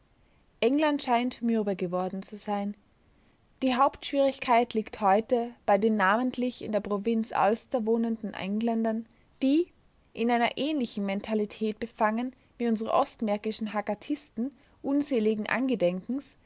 england scheint mürbe geworden zu sein die hauptschwierigkeit liegt heute bei den namentlich in der provinz ulster wohnenden engländern die in einer ähnlichen mentalität befangen wie unsere ostmärkischen hakatisten unseligen angedenkens